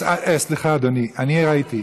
סליחה, אדוני, אני ראיתי.